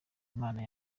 imana